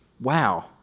Wow